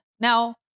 Now